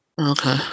Okay